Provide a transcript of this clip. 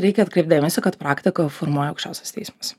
reikia atkreipt dėmesį kad praktiką formuoja aukščiausiasis teismas